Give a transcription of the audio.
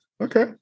okay